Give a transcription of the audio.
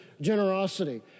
generosity